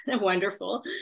wonderful